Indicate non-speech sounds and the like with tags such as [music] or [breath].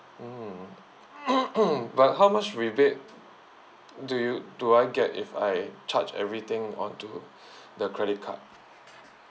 mm [noise] but how much rebate do you do I get if I charge everything onto [breath] the credit card